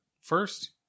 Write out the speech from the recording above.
first